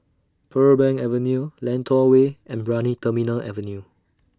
Pearl Bank Avenue Lentor Way and Brani Terminal Avenue